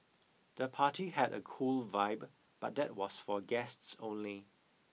the party had a cool vibe but that was for guests only